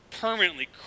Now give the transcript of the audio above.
permanently